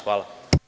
Hvala.